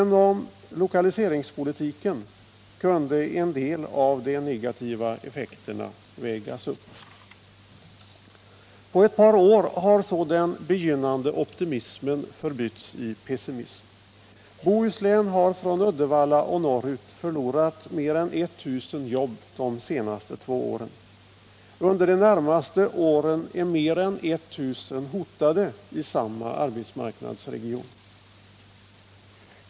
Genom lokaliseringspolitiken kunde en del av de negativa effekterna vägas upp. På ett par år har så den begynnande optimismen förbytts i pessimism. Bohuslän har från Uddevalla och norrut förlorat mer än 1 000 jobb under de senaste två åren. Under det närmaste året är mer än 1 000 jobb hotade i samma arbetsmarknadsregion.